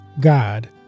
God